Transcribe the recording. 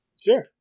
Sure